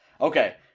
Okay